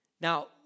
Now